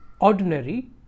ordinary